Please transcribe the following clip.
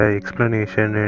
explanation